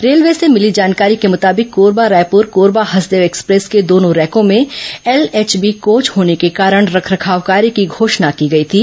railway से मिली जानकारी के मुताबिक कोरबा रायपुर कोरबा हसदेव एक्सप्रेस के दोनों रैकों में एलएचबी कोच होने के कारण रखरखाव कार्य े की घोषणा की गई थी